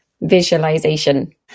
visualization